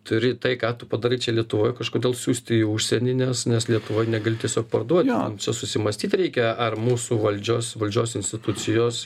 turi tai ką tu padarai čia lietuvoj kažkodėl siųsti į užsienį nes nes lietuvoj negali tiesiog parduoti susimąstyt reikia ar mūsų valdžios valdžios institucijos